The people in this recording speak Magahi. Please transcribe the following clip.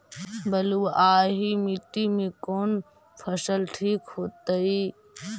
बलुआही मिट्टी में कौन फसल ठिक होतइ?